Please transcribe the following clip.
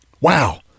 Wow